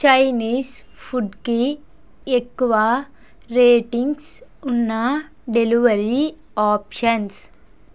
Chinese ఫుడ్కి ఎక్కువ ratings ఉన్న డెలివరీ ఆప్షన్స్